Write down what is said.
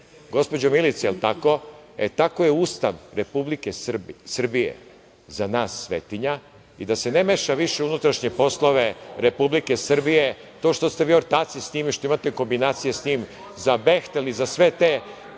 gospođo Milice, jel tako, e tako je Ustav Republike Srbije za nas svetinja i da se ne meša više u unutrašnje poslove Republike Srbije. To što ste vi ortaci sa njim i što imate kombinacije sa njim, za „Behtel“ i za sve te